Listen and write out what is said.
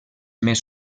més